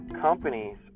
companies